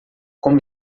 como